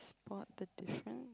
spot the difference